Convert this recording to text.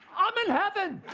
i'm in heaven.